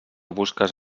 busques